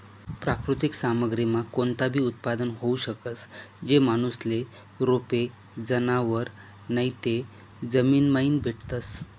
प्राकृतिक सामग्रीमा कोणताबी उत्पादन होऊ शकस, जे माणूसले रोपे, जनावरं नैते जमीनमाईन भेटतस